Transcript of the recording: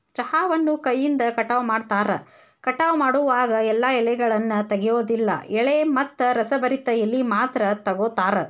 ಚಹಾವನ್ನು ಕೈಯಿಂದ ಕಟಾವ ಮಾಡ್ತಾರ, ಕಟಾವ ಮಾಡೋವಾಗ ಎಲ್ಲಾ ಎಲೆಗಳನ್ನ ತೆಗಿಯೋದಿಲ್ಲ ಎಳೆ ಮತ್ತ ರಸಭರಿತ ಎಲಿ ಮಾತ್ರ ತಗೋತಾರ